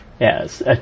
Yes